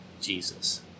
Jesus